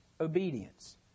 obedience